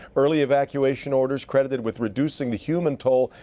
early evacuation orders credited with reducing the human toll,